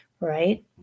right